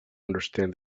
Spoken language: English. understand